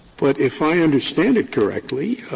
but if i understand it correctly,